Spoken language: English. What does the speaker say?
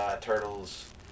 Turtles